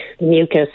mucus